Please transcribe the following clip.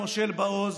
מושל בעוז,